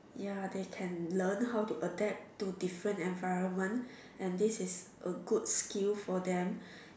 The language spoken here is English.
ya they can learn how to adapt to different environment and this is a good skill for them